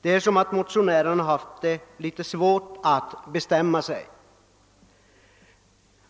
Det är som om motionärerna har haft litet svårt att bestämma sig.